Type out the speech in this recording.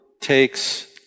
takes